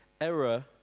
error